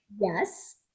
Yes